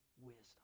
wisdom